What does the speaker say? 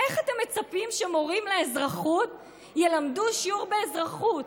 איך אתם מצפים שמורים לאזרחות ילמדו שיעור באזרחות?